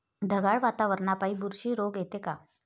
ढगाळ वातावरनापाई बुरशी रोग येते का?